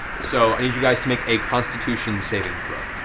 so i need you guys to make a constitution saving throw.